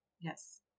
Yes